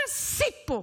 מה עשית פה?